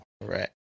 right